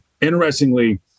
interestingly